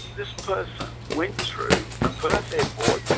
this person went through the perth airport,